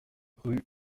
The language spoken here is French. rue